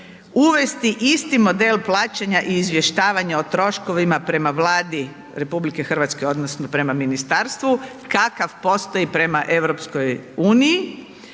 uvesti isti model plaćanja i izvještavanja o troškovima prema Vladi RH odnosno prema ministarstvu kakav postoji prema EU